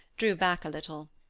drew back a little.